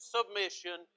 Submission